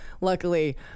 Luckily